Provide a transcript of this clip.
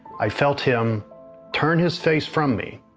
i felt him turn his face from me